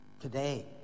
today